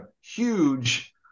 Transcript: huge